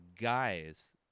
guys